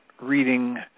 reading